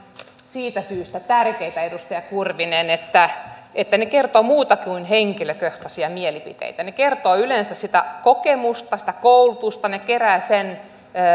siitä syystä tärkeitä edustaja kurvinen että että ne kertovat muuta kuin henkilökohtaisia mielipiteitä ne kuvaavat yleensä sitä kokemusta sitä koulutusta ne keräävät sen